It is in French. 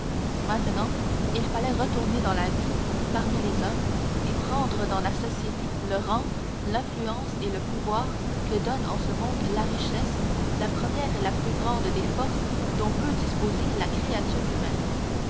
maintenant il fallait retourner dans la vie parmi les hommes et prendre dans la société le rang l'influence et le pouvoir que donne en ce monde la richesse la première et la plus grande des forces dont peut disposer la créature humaine